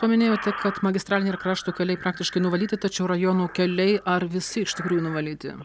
paminėjote kad magistraliniai ir krašto keliai praktiškai nuvalyti tačiau rajonų keliai ar visi iš tikrųjų nuvalyti